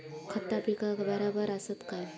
खता पिकाक बराबर आसत काय?